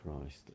Christ